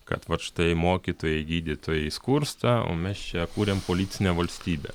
kad vat štai mokytojai gydytojai skursta o mes čia kuriam policinę valstybę